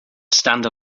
stand